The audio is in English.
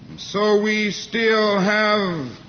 so we still have